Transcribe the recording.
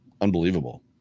Unbelievable